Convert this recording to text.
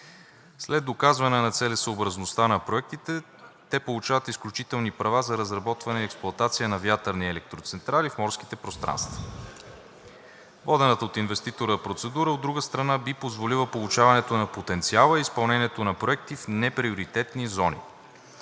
След доказване на целесъобразността на проектите те получават изключителни права за разработване и експлоатация на вятърни електроцентрали в морските пространства. Водената от инвеститора процедура, от друга страна, би позволила проучването на потенциала и изпълнението на проекти в неприоритетни зони.